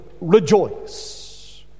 rejoice